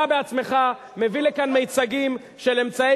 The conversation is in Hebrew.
אתה בעצמך מביא לכאן מיצגים של אמצעי